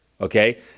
okay